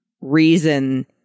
reason